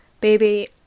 Baby